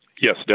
Yes